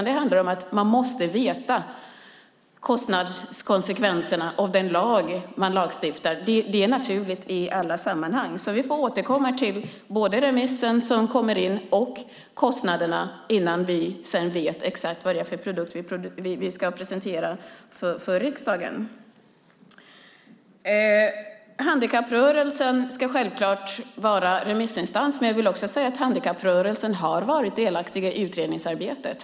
Det handlar om att man måste veta kostnadskonsekvenserna av den lag man stiftar. Det är en självklarhet i alla sammanhang. Vi får ta del av såväl remisserna som kommer in som kostnaderna innan vi vet exakt vad det är för produkt vi ska presentera för riksdagen. Handikapprörelsen ska självklart vara remissinstans. Jag vill dock säga att handikapprörelsen har varit delaktig i utredningsarbetet.